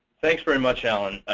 thanks very much, alan.